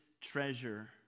treasure